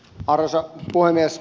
arvoisa puhemies